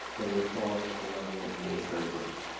but it would fall at the level of administrative regs.